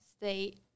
state